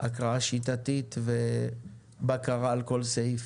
הקראה שיטתית ובקרה על כל סעיף.